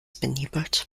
benebelt